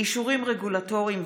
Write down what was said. פרשת הצוללות, 11